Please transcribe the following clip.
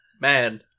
Man